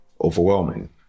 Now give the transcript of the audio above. overwhelming